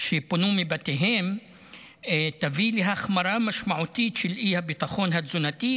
שפונו מבתיהן תביא להחמרה משמעותית של האי-ביטחון התזונתי,